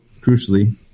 crucially